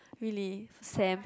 really Sam